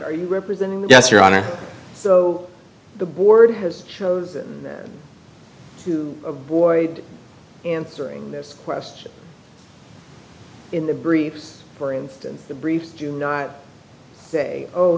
very representing yes your honor so the board has chosen to avoid answering this question in the briefs for instance the briefs do not say oh